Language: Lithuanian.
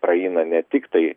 praeina ne tiktai